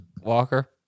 Walker